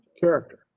Character